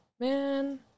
Man